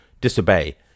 disobey